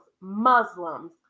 Muslims